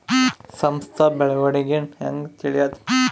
ಸಂಸ್ಥ ಬೆಳವಣಿಗೇನ ಹೆಂಗ್ ತಿಳ್ಯೇದು